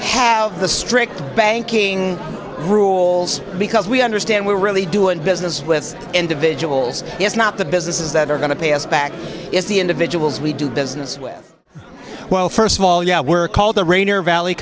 have the strict banking rules because we understand we're really doing business with individuals it's not the businesses that are going to pay us back it's the individuals we do business with well first of all yeah we're called the rainer valley